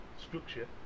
structure